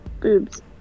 boobs